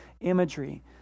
imagery